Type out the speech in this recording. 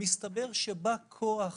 מסתבר שבא כוח